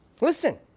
listen